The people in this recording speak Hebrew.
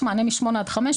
יש מענה מ-08:00 עד 17:00,